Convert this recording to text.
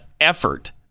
effort